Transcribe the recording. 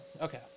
Okay